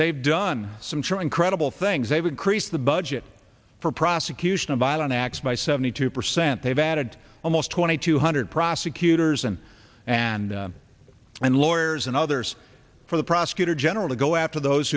they've done some so incredible things they've increased the budget for prosecution of violent acts by seventy two percent they've added almost twenty two hundred prosecutors and and and lawyers and others for the prosecutor general to go after those